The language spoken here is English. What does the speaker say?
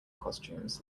costumes